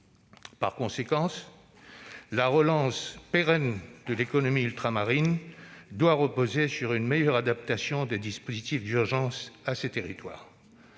Par conséquent, la relance pérenne de l'économie ultramarine doit reposer sur une meilleure adaptation des dispositifs d'urgence à ces territoires.